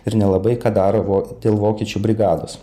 ir nelabai ką daro vo dėl vokiečių brigados